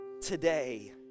today